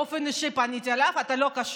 באופן אישי פניתי אליו, אתה לא קשור.